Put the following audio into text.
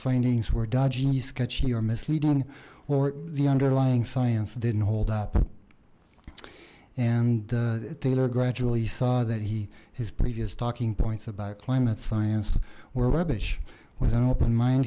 findings were dodging sketchy or misleading or the underlying science didn't hold up and taylor gradually saw that he his previous talking points about climate science were rubbish was an open mind